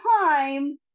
time